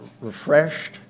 refreshed